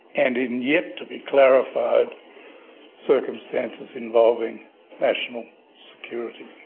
and in yet to be clarified circumstances involving national security.